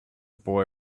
boy